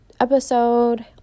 episode